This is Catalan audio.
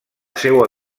seua